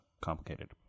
complicated